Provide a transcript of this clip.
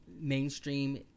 mainstream